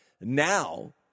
now